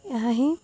ଏହା ହଁ